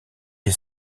des